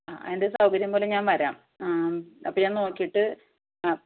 ആ എൻ്റെ സൗകര്യം പോലെ ഞാൻ വരാം ആ മ് അപ്പോൾ ഞാൻ നോക്കിയിട്ട് ആ